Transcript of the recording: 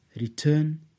Return